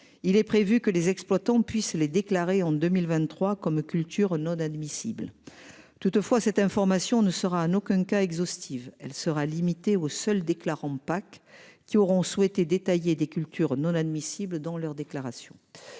Il est prévu que les exploitants puisse les déclarer en 2023 comme culture non admissibles. Toutefois, cette information ne sera en aucun cas exhaustive, elle sera limitée aux seuls déclarant Pâques qui auront souhaité détailler des cultures non admissibles dans leur déclaration.